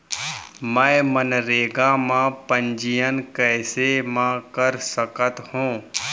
मैं मनरेगा म पंजीयन कैसे म कर सकत हो?